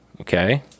okay